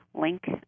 link